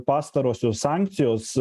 pastarosios sankcijos